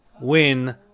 win